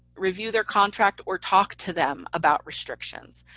review their contract, or talk to them about restrictions.